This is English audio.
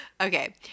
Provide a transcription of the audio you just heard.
Okay